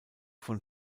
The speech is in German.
von